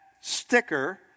sticker